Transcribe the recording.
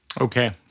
Okay